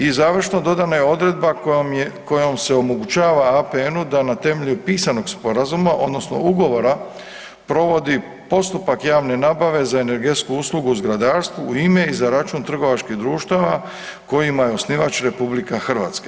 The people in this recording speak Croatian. I završno, dodana je odredba kojom se omogućava APN-u da na temelju pisanog sporazuma odnosno ugovora provodi postupak javne nabave za energetsku uslugu u zgradarstvu u ime i za račun trgovačkih društava kojima je osnivač RH.